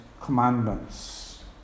commandments